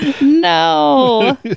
No